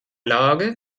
lage